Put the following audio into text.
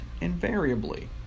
invariably